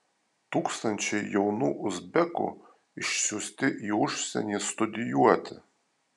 tūkstančiai jaunų uzbekų išsiųsti į užsienį studijuoti